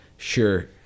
Sure